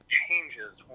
changes